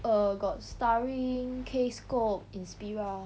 err got starring case comp inspira